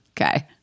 Okay